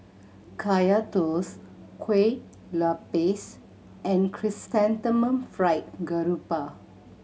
Kaya Toast Kuih Lopes and Chrysanthemum Fried Garoupa